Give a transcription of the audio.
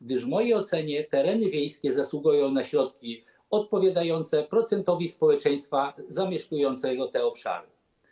Gdyż w mojej ocenie tereny wiejskie zasługują na środki odpowiadające procentowi społeczeństwa zamieszkującego te obszary.